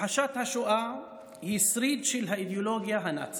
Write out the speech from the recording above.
הכחשת השואה היא שריד של האידיאולוגיה הנאצית,